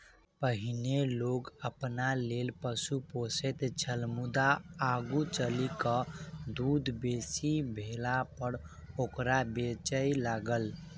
पहिनै लोक अपना लेल पशु पोसैत छल मुदा आगू चलि क दूध बेसी भेलापर ओकरा बेचय लागल